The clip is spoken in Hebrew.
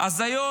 אז היום